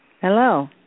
Hello